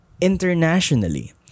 internationally